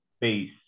base